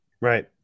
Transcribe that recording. Right